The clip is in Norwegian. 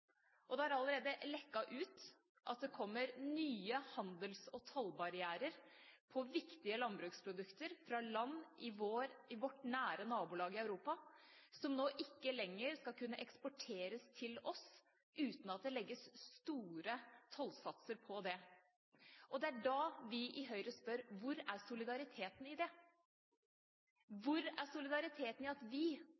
og det har allerede lekket ut at det kommer nye handels- og tollbarrierer på viktige landbruksprodukter fra land i vårt nære nabolag i Europa, som nå ikke lenger skal kunne eksporteres til oss uten at det legges store tollsatser på det. Det er da vi i Høyre spør: Hvor er solidariteten i